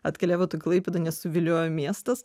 atkeliavot į klaipėdą nes suviliojo miestas